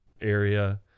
area